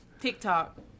TikTok